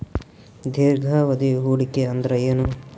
ದೀರ್ಘಾವಧಿ ಹೂಡಿಕೆ ಅಂದ್ರ ಏನು?